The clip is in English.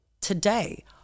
today